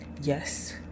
yes